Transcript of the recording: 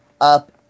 Up